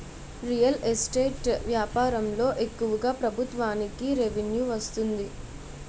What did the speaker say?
real estate వ్యాపారంలో ఎక్కువగా ప్రభుత్వానికి రెవెన్యూ వస్తుంది